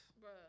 bro